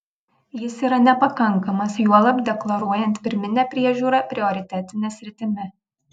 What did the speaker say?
jis yra nepakankamas juolab deklaruojant pirminę priežiūrą prioritetine sritimi